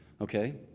okay